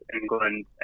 England